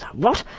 what!